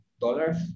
dollars